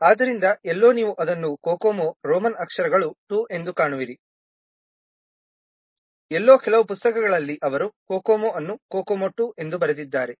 ಆದ್ದರಿಂದ ಎಲ್ಲೋ ನೀವು ಅದನ್ನು COCOMO ರೋಮನ್ ಅಕ್ಷರಗಳು II ಎಂದು ಕಾಣುವಿರಿ ಎಲ್ಲೋ ಕೆಲವು ಪುಸ್ತಕಗಳಲ್ಲಿ ಅವರು COCOMO ಅನ್ನು COCOMO 2 ಎಂದು ಬರೆದಿದ್ದಾರೆ